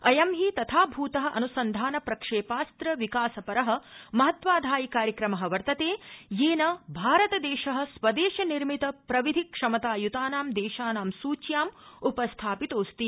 अयं हि तथाभूत अन्सन्धान प्रक्षेपास्त्रविकासपर महत्त्वाधायि कार्यक्रम वर्तते येन भारतदेश स्वदेश निर्मित प्रविधि क्षमता युतानां देशानां सूच्याम् उपस्थापितोऽस्ति